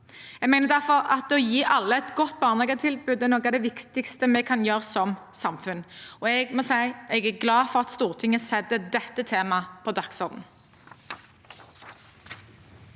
Jeg mener derfor at å gi alle et godt barnehagetilbud er noe av det viktigste vi kan gjøre som samfunn, og jeg må si jeg er glad for at Stortinget setter dette temaet på dagsordenen.